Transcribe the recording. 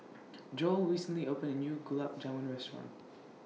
Joell recently opened A New Gulab Jamun Restaurant